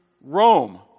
Rome